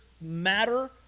matter